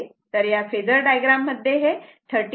तर या phasor diagram मध्ये हे 39